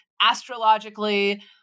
astrologically